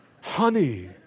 Honey